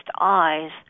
eyes